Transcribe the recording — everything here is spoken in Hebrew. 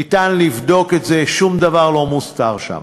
ניתן לבדוק את זה, שום דבר לא מוסתר שם.